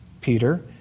Peter